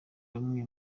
bamwe